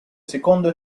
secondo